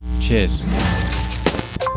cheers